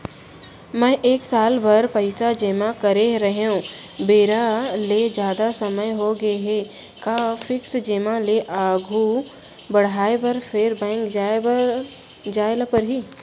मैं एक साल बर पइसा जेमा करे रहेंव, बेरा ले जादा समय होगे हे का फिक्स जेमा ल आगू बढ़ाये बर फेर बैंक जाय ल परहि?